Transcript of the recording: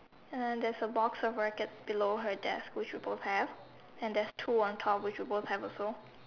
and there's a box of rackets below her desk which we both have and there's two on top which we both have also